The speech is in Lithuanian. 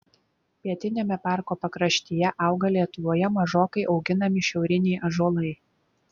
pietiniame parko pakraštyje auga lietuvoje mažokai auginami šiauriniai ąžuolai